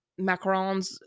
macarons